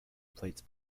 plates